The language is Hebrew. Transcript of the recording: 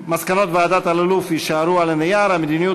מסקנות ועדת אלאלוף יישארו על הנייר: המדיניות